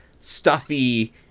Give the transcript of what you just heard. Stuffy